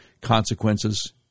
consequences